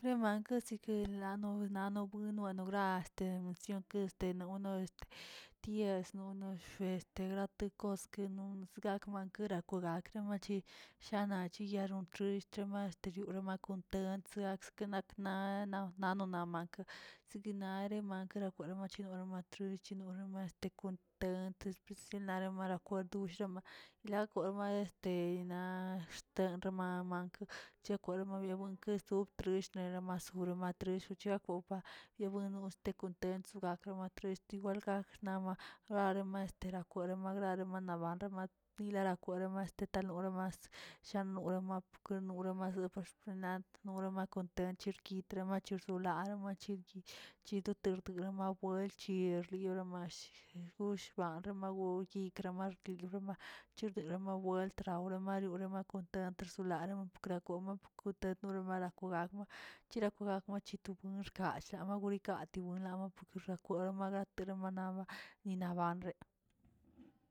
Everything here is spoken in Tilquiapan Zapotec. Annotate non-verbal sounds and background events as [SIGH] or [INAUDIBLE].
La mankə ziguelə nona nobuino ra este nono este diez une este grate koskeno desmank sgaterategoga gramachi shana chiyaron xiꞌ estre mas chiyoranoꞌ gontega ke gaksenakə nan- nanonamakə sekena namak dienrawak chonora matrixh roma este kont antes ziamrakwero ushama lakuerma este naꞌ axte remamanka kwelma mabuenke su trillnera mast trinamshtich kwopa nonostekote bako montres igual gaksnaba trest igual makx nawaa naroma este merakwera magrar janababrar gara kwerama de talnoramast shagnorama lanoromas [UNINTELLIGIBLE] norama kontent rkitramach nolare machi chi- chito teg rabamaur welchi riorama rjoshma remagor nigra marke riroro chirde la mamuerd trawra mario rama kontrents [UNINTELLIGIBLE] no ganma banma chito xkachla ma buin katii malaban xira kwerema lamanaba.